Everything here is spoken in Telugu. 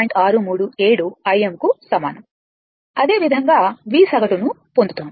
అదేవిధంగా V సగటును పొందుతాము